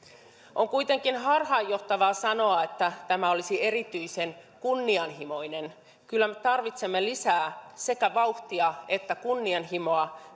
on kuitenkin harhaanjohtavaa sanoa että tämä olisi erityisen kunnianhimoinen kyllä me tarvitsemme lisää sekä vauhtia että kunnianhimoa